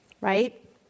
right